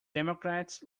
democrats